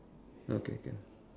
okay can